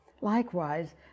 Likewise